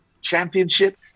championship